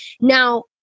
Now